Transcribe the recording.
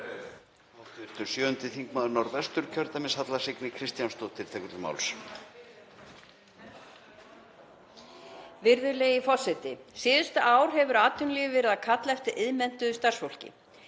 Virðulegi forseti. Síðustu ár hefur atvinnulífið verið að kalla eftir iðnmenntuðu starfsfólki.